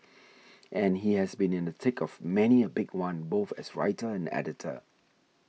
and he has been in the thick of many a big one both as writer and editor